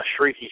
shrieky